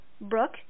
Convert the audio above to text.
Brooke